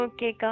Okay